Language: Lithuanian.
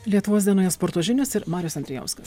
lietuvos dienoje sporto žinios ir marius andrijauskas